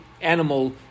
animal